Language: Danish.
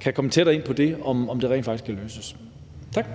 kan komme tættere ind på det – om det rent faktisk kan løses. Tak.